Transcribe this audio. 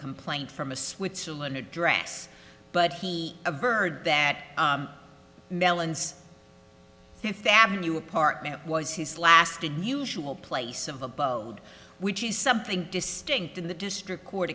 complaint from a switzerland address but he averred that mellons fifth avenue apartment was his last and usual place of abode which is something distinct in the district court